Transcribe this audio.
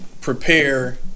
prepare